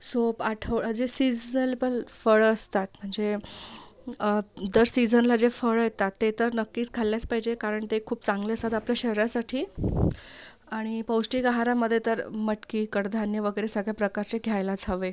soap आठोळ जे seasonable फळं असतात म्हणजे दर सिझनला जे फळं येतात ते तर नक्कीच खाल्लंच पाहिजे कारण ते खूप चांगले असतात आपल्या शरीरासाठी आणि पौष्टिक आहारामध्ये तर मटकी कडधान्य वगैरे सगळ्या प्रकारचे घ्यायलाच हवे